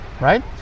right